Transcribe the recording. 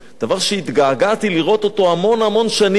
דבר שהתגעגעתי לראות המון המון שנים,